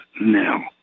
now